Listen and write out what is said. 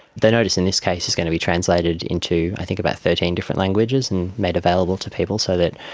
the notice in this case is going to be translated into i think about thirteen different languages and made available to people so that,